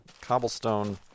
cobblestone